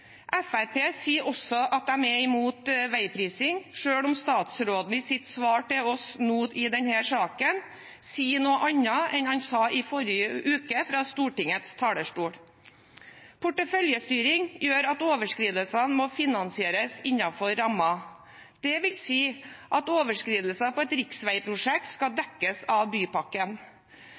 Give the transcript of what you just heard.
sier også at de er imot veiprising, selv om statsråden i sitt svar til oss i denne saken sier noe annet enn han sa i forrige uke fra Stortingets talerstol. Porteføljestyring gjør at overskridelsene må finansieres innenfor rammen. Det vil si at overskridelser på et riksveiprosjekt skal dekkes av bypakken